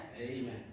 Amen